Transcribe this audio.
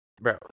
Bro